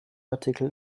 artikel